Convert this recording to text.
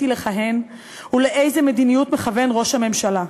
לכהן ולאיזו מדיניות מכוון ראש הממשלה.